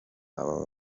ababa